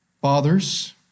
Fathers